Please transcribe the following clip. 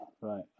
Right